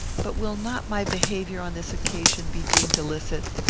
but will not my behaviour on this occasion be deemed illicit?